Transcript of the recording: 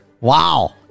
wow